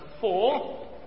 four